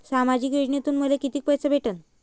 सामाजिक योजनेतून मले कितीक पैसे भेटन?